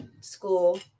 school